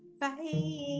Bye